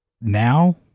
now